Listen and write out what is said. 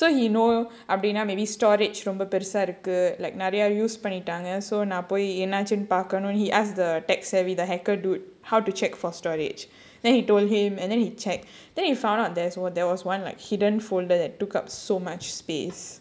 so he no அப்டினா:apdinaa maybe storage ரொம்ப பெருசா இருக்கு:romba perusaa irukku like நிறைய:niraiya he ask the tech savvy the hacker dude how to check for storage then he told him and then he check then he found out there's w~ there was one like hidden folder that took up so much space